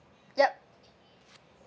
yup